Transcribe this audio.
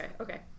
Okay